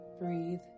breathe